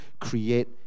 create